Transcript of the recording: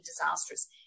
disastrous